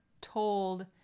told